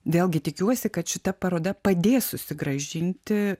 vėlgi tikiuosi kad šita paroda padės susigrąžinti